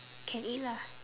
can eat lah